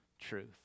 truth